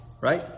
right